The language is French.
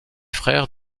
frère